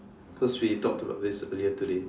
cause we talked about this earlier today